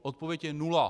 Odpověď je nula.